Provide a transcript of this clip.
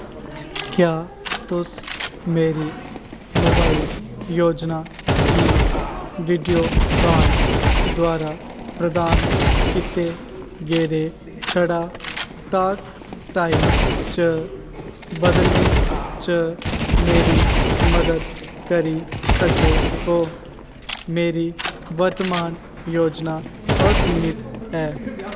क्या तुस मेरी मोबाइल योजना गी वीडियोकान द्वारा प्रदान कीते गेदे छड़ा टाक टाइम च बदलने च मेरी मदद करी सकदे ओ मेरी वर्तमान योजना असीमित ऐ